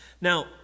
Now